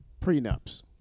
prenups